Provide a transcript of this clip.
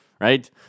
right